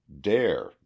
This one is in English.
dare